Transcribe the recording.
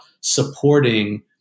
supporting